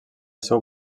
seu